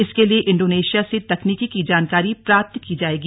इसके लिए इंडोनेशिया से तकनीकि की जानकारी प्राप्त की जाएगी